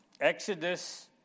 exodus